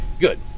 good